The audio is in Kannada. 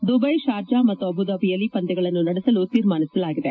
ದುಬೈ ಶಾರ್ಜಾ ಮತ್ತು ಅಬುದಾಬಿಯಲ್ಲಿ ಪಂದ್ಯಗಳನ್ನು ನಡೆಸಲು ತೀರ್ಮಾನಿಸಲಾಗಿದೆ